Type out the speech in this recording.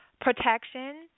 protection